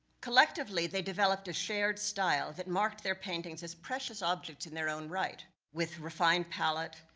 collectively, they developed a shared style that marked their paintings as precious objects in their own right, with refined palate,